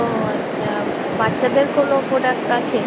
ও আচ্চা বাচ্চাদের কোনো প্রোডাক্ট আছে